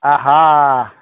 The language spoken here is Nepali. आहा